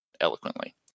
eloquently